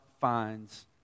finds